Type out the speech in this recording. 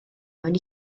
mewn